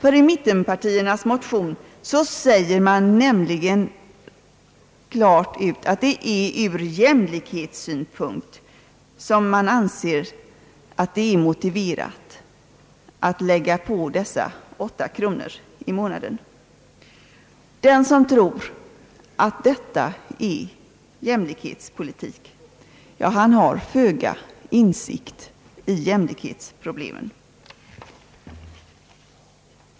I mittenpartiernas motion sägs nämligen klart ut att det är från jämlikhetssynpunkt som man anser det motiverat att lägga på dessa åtta kronor i månaden. Den som tror att detta är jämlikhetspolitik har föga insikt i jämlikhetsproblemen.